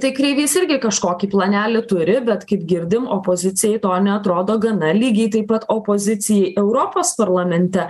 tai kreivys irgi kažkokį planelį turi bet kaip girdim opozicijai to neatrodo gana lygiai taip pat opozicijai europos parlamente